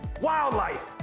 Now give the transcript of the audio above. wildlife